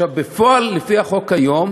עכשיו, בפועל, לפי החוק היום,